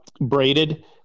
braided